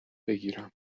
بگیرم